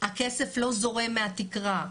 הכסף לא זורם מהתקרה.